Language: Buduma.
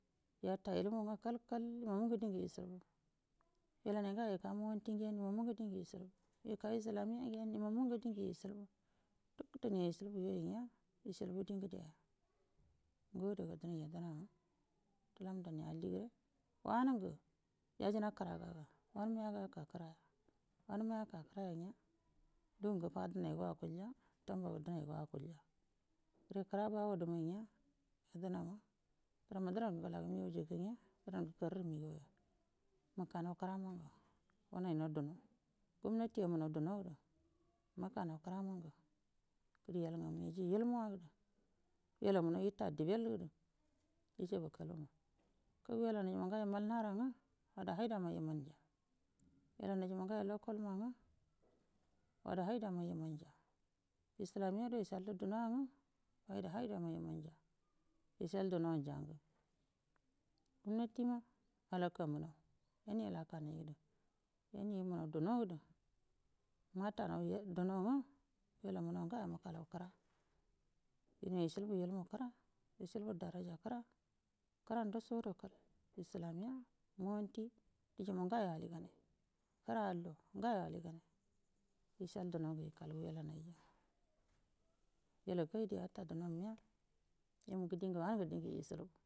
Yafa ilmu nga kalkal yo mungu dingu ishilbu wailanai ngayo ika monti ngen yo mulgə dingə ishilbu ika islamiya ngenə imamungu dingu ishilnu duk din ishilbu yoyi nya ishilbu di ngədeya ngo adaga dənai yadənaa təlamdanai allire wanungu yajina kəragaga wanuma yaga yaka kəraga nua lugu ngu faa dinaigo akulya tambogu dinaigo akulya re kəra bagodu ma nya ya dənama dəranma dərangu ngəlagə higanjiikə nga drangu karru nigauya mukanaukarə hangu wunai nau dunə gum hai amunau dunodu nukanau kəra mangu gədə yolngamu iji ilmuwadu walamunəu ha dibel gədə ijaba kalumukagu wailanaima ngayo mal nara nga wada haidama imuuja wailanai jima ngayo lokolma nga wada haidama yimuuja islamiyado ishallu dunuwa nga wada haidama iwuuja ishal dunoijaugə gumnatima alakamunau yani ilakanaidu yani yumuhau dumodu matanau duno nga wailamunau ngalbu mutalau kəra dine ishilbu ilmu kəra ishilbu daraja kəra kəra ndasobo kal islamiya monti dijima ngayo diganai kəra allo ngayo diganai ishal duno ngə ikal wailainaija yalakaidu yata duno niya yumungə dingə wanungu dingu ishilbu.